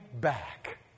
back